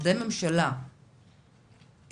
שמשרדי ממשלה מסתמכים